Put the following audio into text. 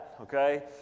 okay